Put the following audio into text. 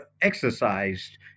exercised